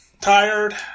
Tired